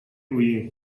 үеийн